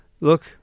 look